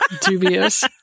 Dubious